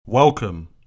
Welcome